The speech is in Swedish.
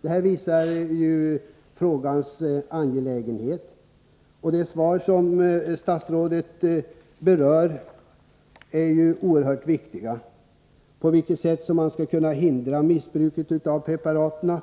Detta visar frågans angelägenhetsgrad, och de frågor som statsrådet berör i svaret är ju oerhört viktiga, speciellt de som gäller hur man skall kunna hindra missbruk av preparaten.